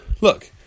Look